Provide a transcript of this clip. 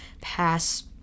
pass